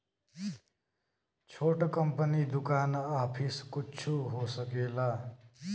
छोट कंपनी दुकान आफिस कुच्छो हो सकेला